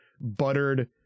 buttered